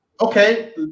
okay